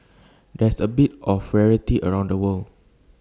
that's A bit of rarity around the world